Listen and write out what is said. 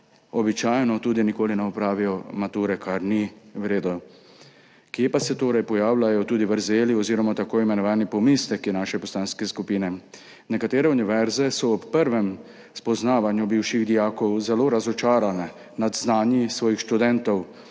običajno tudi nikoli ne opravijo mature, kar ni v redu. Kje pa se torej pojavljajo tudi vrzeli oziroma tako imenovani pomisleki naše poslanske skupine? Nekatere univerze so ob prvem spoznavanju bivših dijakov zelo razočarane nad znanji svojih študentov,